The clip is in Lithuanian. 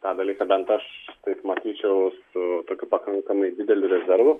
tą dalyką bent aš taip matyčiau su tokiu pakankamai dideliu rezervu